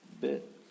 bit